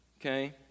Okay